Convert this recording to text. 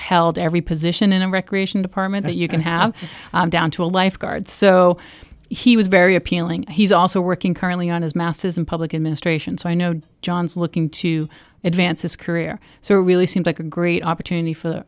held every position in a recreation department that you can have down to a lifeguard so he was very appealing he's also working currently on his masses in public administration so i know john's looking to advance his career so it really seems like a great opportunity for